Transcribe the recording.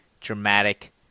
dramatic